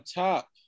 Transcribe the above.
top